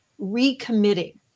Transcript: recommitting